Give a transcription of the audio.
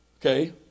Okay